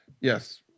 Yes